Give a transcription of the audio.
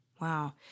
Wow